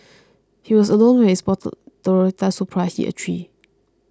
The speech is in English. he was alone when his sporty Toyota Supra hit a tree